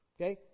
Okay